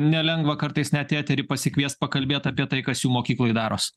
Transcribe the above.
nelengva kartais net į eterį pasikviest pakalbėt apie tai kas jų mokykloj daros